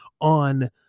on